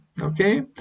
okay